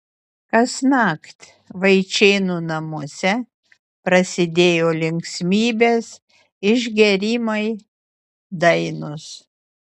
kasnakt vaičėnų namuose prasidėjo linksmybės išgėrimai dainos